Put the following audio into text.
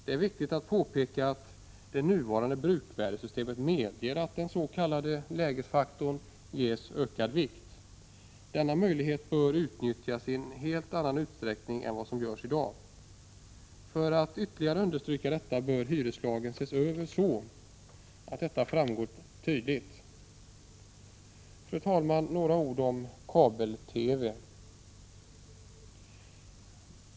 Det är viktigt att påpeka att det nuvarande bruksvärdessystemet medger att den s.k. lägesfaktorn ges ökad vikt. Denna möjlighet bör utnyttjas i en helt annan utsträckning än som i dag är fallet. För att ytterligare understryka detta bör hyreslagen ses över, så att detta framgår tydligt. Fru talman! Så några ord om kabel-TV.